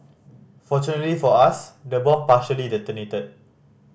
fortunately for us the bomb partially detonated